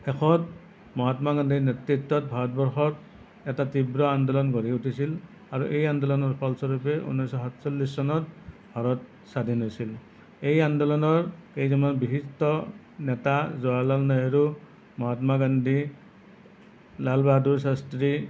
শেষত মহাত্মা গান্ধীৰ নেতৃত্বত ভাৰতবৰ্ষত এটা তীব্ৰ আন্দোলন গঢ়ি উঠিছিল আৰু এই আন্দোলনৰ ফলস্বৰূপে ঊনৈছশ সাতচল্লিছ চনত ভাৰত স্বাধীন হৈছিল এই আন্দোলনৰ কেইজনমান বিশিষ্ট নেতা জৱাহৰলাল নেহেৰু মহাত্মা গান্ধী লাল বাহাদুৰ শাস্ত্ৰী